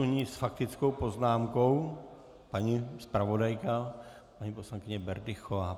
Nyní s faktickou poznámkou paní zpravodajka, poslankyně Berdychová.